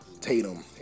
Tatum